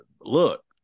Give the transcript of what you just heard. look